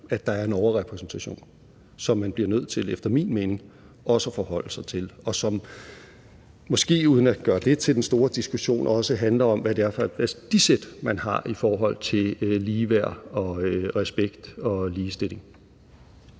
at der er en overrepræsentation, som man efter min mening også bliver nødt til at forholde sig til, og som måske, uden at gøre det til den store diskussion, også handler om, hvad det er for et værdisæt, man har i forhold til ligeværd og respekt og ligestilling.